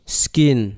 skin